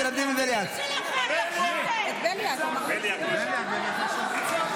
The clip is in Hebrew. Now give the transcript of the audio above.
ולדימיר בליאק, נא לצאת.